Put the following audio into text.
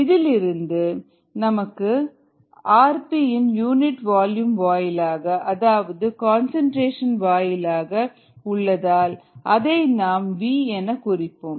rP vmSKmSV இதில் vmk3Et rP per unit volume வாயிலாக அதாவது கன்சன்ட்ரேஷன் வாயிலாக உள்ளதால் அதை நாம் v என குறிப்போம்